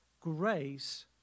grace